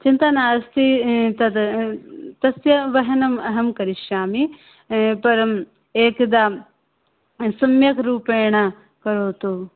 चिन्ता नास्ति तद् तस्य वहनम् अहं करिष्यामि परम् एकदा सम्यक् रूपेण करोतु